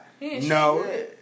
No